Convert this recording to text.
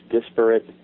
disparate